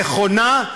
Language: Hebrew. נכונה,